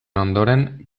ondoren